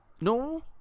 No